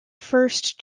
first